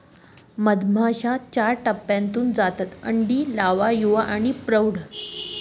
मधमाश्या चार टप्प्यांतून जातात अंडी, लावा, युवा आणि प्रौढ